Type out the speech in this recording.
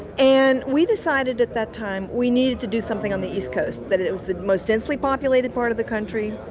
and we decided at that time, we needed to do something on the east coast, that it it was the most densely populated part of the country,